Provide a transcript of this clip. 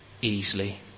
easily